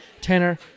tanner